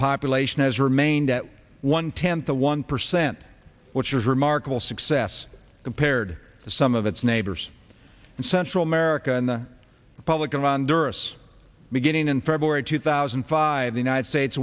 population has remained at one tenth of one percent which is remarkable success compared to some of its neighbors and central america and the republicans on douras beginning in february two thousand and five the united states